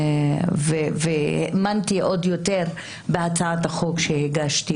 והאמנתי עוד יותר בהצעת החוק שהגשתי